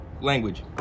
language